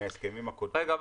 מההסכמים הקודמים --- רגע,